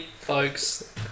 folks